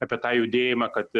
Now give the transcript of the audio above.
apie tą judėjimą kad